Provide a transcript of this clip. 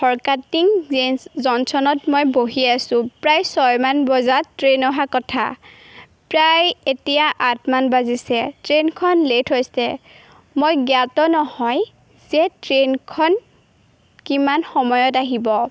ফৰকাটিং জংশ্যনত মই বহি আছোঁ প্ৰায় ছয়মান বজাত ট্ৰেইন অহা কথা প্ৰায় এতিয়া আঠমান বাজিছে ট্ৰেইনখন লেট হৈছে মই জ্ঞাত নহয় যে ট্ৰেইনখন কিমান সময়ত আহিব